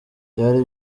byari